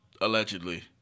allegedly